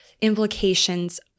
implications